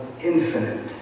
infinite